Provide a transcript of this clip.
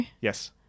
Yes